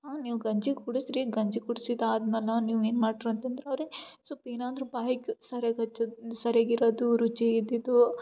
ಆ ನೀವು ಗಂಜಿ ಕುಡಿಸ್ರಿ ಗಂಜಿ ಕುಡ್ಸಿದಾದ್ಮೇಲೆ ನೀವು ಏನು ಮಾಡ್ತಿರ ಅಂತಂದ್ರೆ ಅವ್ರಿಗೆ ಸ್ವಲ್ಪ್ ಏನಾದ್ರು ಬಾಯ್ಗೆ ಸರ್ಯಾಗಿ ಹಚ್ಚೋದ್ ಸರ್ಯಾಗಿ ಇರೋದು ರುಚಿ ಇದ್ದಿದ್ದು